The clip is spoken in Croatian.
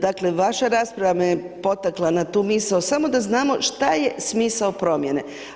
Dakle vaša rasprava me potakla na tu misao samo da znamo šta je smisao promjene.